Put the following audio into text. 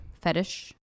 Fetish